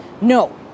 no